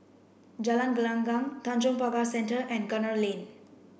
Jalan Gelenggang Tanjong Pagar Centre and Gunner Lane